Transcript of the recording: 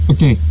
Okay